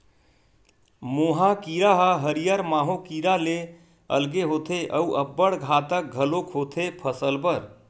मोहा कीरा ह हरियर माहो कीरा ले अलगे होथे अउ अब्बड़ घातक घलोक होथे फसल बर